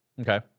Okay